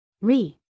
Re